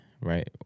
right